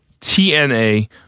TNA